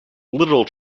literal